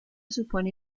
supone